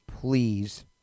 please